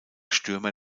stürmer